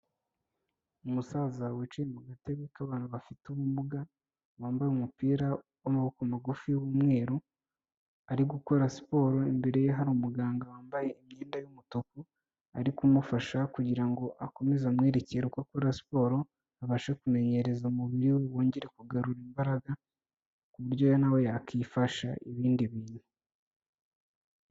Umusaza wicaye mu gatebe k'abantu bafite ubumuga wambaye umupira w'amaboko magufi w'umweru ari gukora siporo, imbere ye hari umuganga wambaye imyenda y'umutuku ari kumufasha kugira ngo akomeze amwerekere uko akora siporo abashe kumenyereza umubiri we wongere kugarura imbaraga, ku buryo na we yakifasha ibindi bintu.